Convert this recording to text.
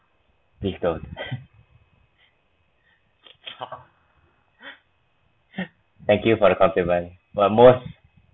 please please don't thank you for the compliment but most